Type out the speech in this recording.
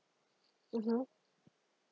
mmhmm